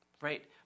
right